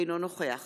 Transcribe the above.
אינו נוכח